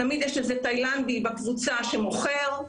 תמיד יש איזה תאילנדי בקבוצה שמוכר,